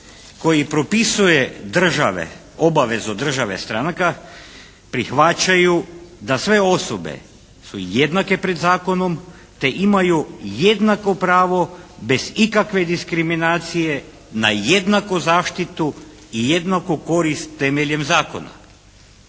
koji propisuje države, obavezu države stranaka prihvaćaju da sve osobe su jednake pred zakonom, te imaju jednako pravo bez ikakve diskriminacije na jednaku zaštitu i jednaku korist temeljem zakona.